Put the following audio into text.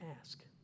Ask